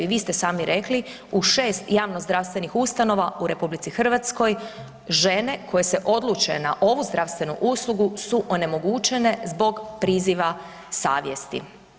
I vi ste sami rekli u 6 javnozdravstvenih ustanova u RH, žene koje se odluče na ovu zdravstvenu uslugu su onemogućene zbog priziva savjesti.